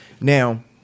Now